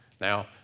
Now